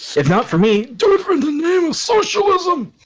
if not for me do it for the name socialism